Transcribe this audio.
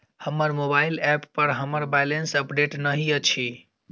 हमर mobile app पर हमर बैलेंस अपडेट नहि अछि